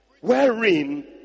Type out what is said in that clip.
Wherein